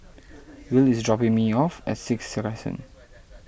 Will is dropping me off at Sixth